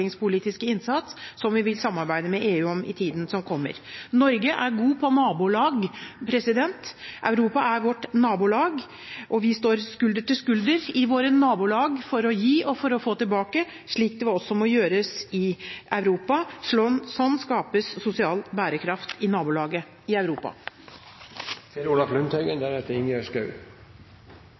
innsats, som vi vil samarbeide med EU om i tiden som kommer. Norge er god på nabolag. Europa er vårt nabolag. Vi står skulder til skulder i våre nabolag for å gi og for å få tilbake, slik det også må gjøres i Europa. Sånn skapes sosial bærekraft i nabolaget i Europa.